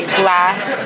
glass